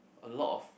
a lot of